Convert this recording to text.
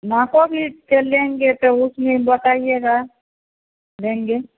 नाको भी तो लेंगे तो उसमें बताइएगा लेंगे